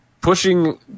pushing